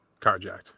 carjacked